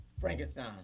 Frankenstein